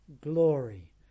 glory